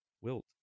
wilt